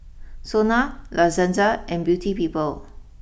Sona La Senza and Beauty people